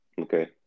okay